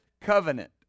covenant